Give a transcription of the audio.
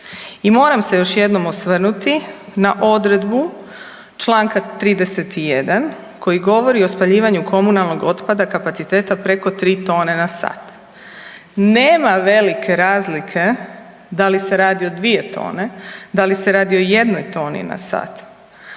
I moram se još jednom osvrnuti na odredbu Članka 31. koji govori o spaljivanju komunalnog otpada kapaciteta preko 3 tone na sat. Nema velike razlike da li se radi o 2 tone, da li se radi o 1 toni na sat,